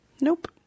nope